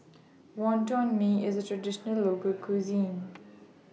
Wonton Mee IS A Traditional Local Cuisine